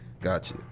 Gotcha